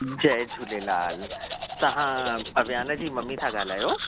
जय झूलेलाल तव्हां अवियान जी मम्मी था ॻाल्हायो